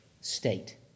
state